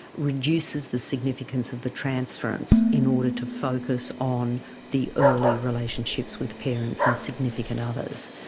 reduces the significance of the transference in order to focus on the early relationships with parents and significant others.